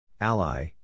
Ally